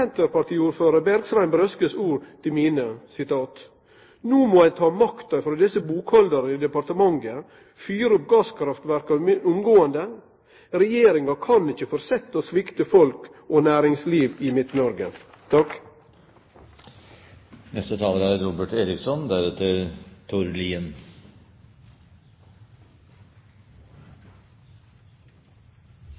Brøskes ord til mine: No må ein ta makta frå bokhaldarane i departementet og fyre opp gasskraftverka omgåande; Regjeringa kan ikkje fortsetje å svikte folk og næringsliv i